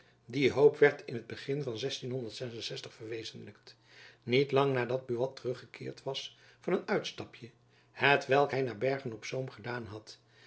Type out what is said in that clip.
die hoop werd in t begin van verwezenlijkt niet lang na dat buat terug gekeerd was van een uitstapjen hetwelk hy naar bergen-op-zoom gedaan had